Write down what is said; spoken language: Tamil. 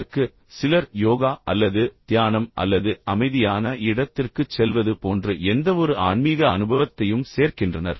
இதற்கு சிலர் யோகா அல்லது தியானம் அல்லது அமைதியான இடத்திற்குச் செல்வது போன்ற எந்தவொரு ஆன்மீக அனுபவத்தையும் சேர்க்கின்றனர்